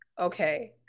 okay